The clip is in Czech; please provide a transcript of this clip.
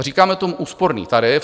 Říkáme tomu úsporný tarif.